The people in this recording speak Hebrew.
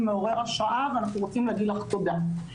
מעורר השראה ואנחנו רוצים להגיד לך תודה.